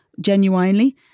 genuinely